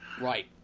Right